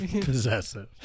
Possessive